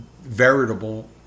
veritable